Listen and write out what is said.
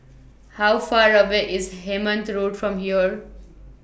How Far away IS Hemmant Road from here